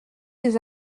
des